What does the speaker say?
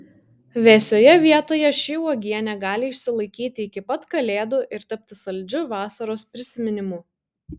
vėsioje vietoje ši uogienė gali išsilaikyti iki pat kalėdų ir tapti saldžiu vasaros prisiminimu